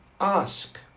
ask